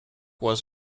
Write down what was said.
was